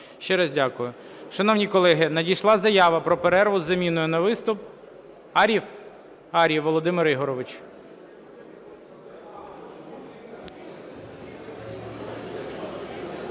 Ще раз дякую. Шановні колеги, надійшла заява про перерву із заміною на виступ. Ар'єв? Ар'єв Володимир Ігорович.